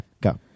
Go